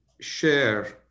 share